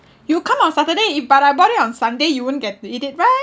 you come on saturday if but I bought it on sunday you won't get to eat it right